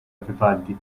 vivaldi